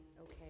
Okay